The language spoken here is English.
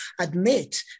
admit